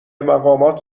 مقامات